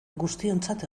guztiontzat